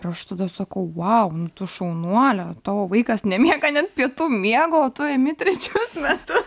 ir aš tada sakau wow nu tu šaunuolė tavo vaikas nemiega net pietų miego o tu imi trečius metus